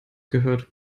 gehört